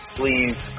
please